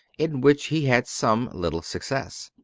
in which he had some little success.